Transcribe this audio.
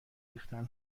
ریختن